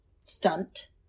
stunt